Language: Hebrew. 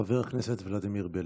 חבר הכנסת ולדימיר בליאק.